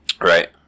Right